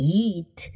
eat